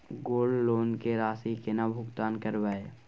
Gold loan के राशि केना भुगतान करबै?